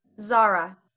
Zara